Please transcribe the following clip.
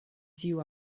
ĉiu